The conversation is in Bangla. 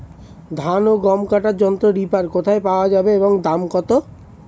ধান ও গম কাটার যন্ত্র রিপার কোথায় পাওয়া যাবে এবং দাম কত?